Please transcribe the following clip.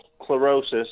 chlorosis